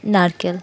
নারকেল